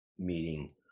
meeting